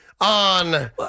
on